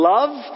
Love